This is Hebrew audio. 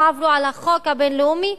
לא עברו על החוק הבין-לאומי,